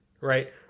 right